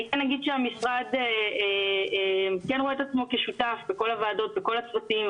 אני כן אגיד שהמשרד כן רואה את עצמו כשותף בכל הוועדות ובכל הצוותים,